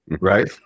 right